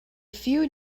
few